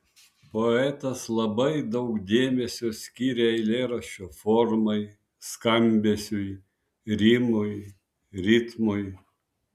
poetas labai daug dėmesio skiria eilėraščio formai skambesiui rimui ritmui